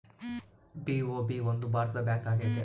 BOB ಒಂದು ಭಾರತದ bank ಆಗೈತೆ